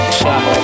shot